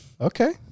Okay